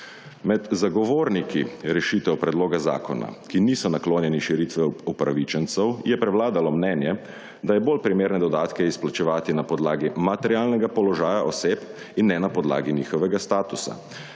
Med zagovorniki rešitev predloga zakona, ki niso naklonjeni širiti upravičencev, je prevladalo mnenje, da je bolj primerne dodatke izplačevati na podlagi materialnega položaja oseb in ne na podlagi njihovega statusa,